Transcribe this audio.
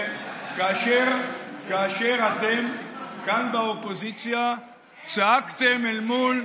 כאשר אתם כאן באופוזיציה צעקתם אל מול,